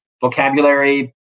vocabulary